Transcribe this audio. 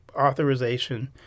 authorization